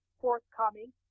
forthcoming